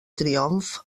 triomf